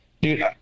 dude